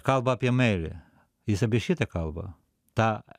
kalbą apie meilę jis apie šitą kalba ta